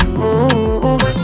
move